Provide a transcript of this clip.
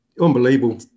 unbelievable